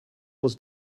was